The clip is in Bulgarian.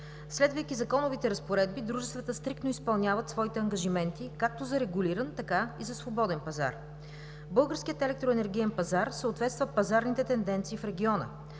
Следвайки законовите разпоредби, дружествата стриктно изпълняват своите ангажименти както за регулиран, така и за свободен пазар. Българският електроенергиен пазар съответства на пазарните тенденции в региона.